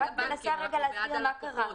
אני מנסה להסביר מה קרה.